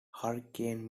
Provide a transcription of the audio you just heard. hurricane